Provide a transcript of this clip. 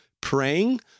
praying